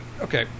Okay